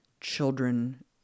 children